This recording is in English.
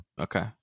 Okay